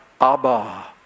Abba